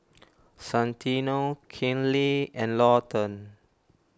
Santino Kinley and Lawton